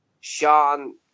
Sean